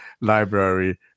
library